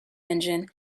engine